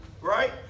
right